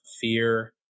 fear